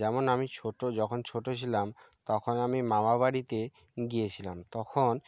যেমন আমি ছোট যখন ছোট ছিলাম তখন আমি মামাবাড়িতে গিয়েছিলাম তখন